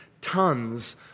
tons